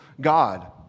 God